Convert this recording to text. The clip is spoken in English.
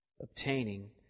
obtaining